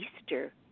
Easter